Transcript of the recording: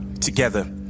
together